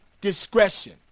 discretion